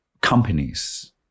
companies